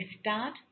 start